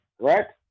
correct